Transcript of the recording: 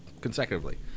consecutively